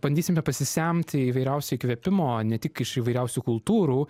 bandysime pasisemti įvairiausio įkvėpimo ne tik iš įvairiausių kultūrų